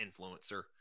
influencer